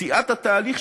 לקטיעת התהליך,